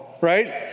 right